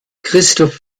christoph